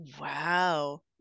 Wow